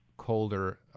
colder